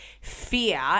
fear